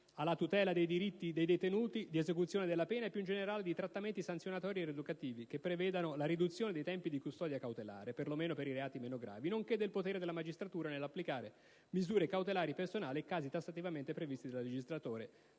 alla tutela dei diritti dei detenuti, di esecuzione della pena e più in generale di trattamenti sanzionatori e rieducativi, che prevedano la riduzione dei tempi di custodia cautelare, per lo meno per i reati meno gravi, nonché del potere della magistratura nell'applicare misure cautelari personali a casi tassativamente previsti dal legislatore,